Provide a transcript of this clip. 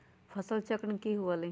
फसल चक्रण की हुआ लाई?